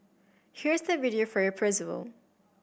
here's the video for your